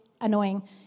annoying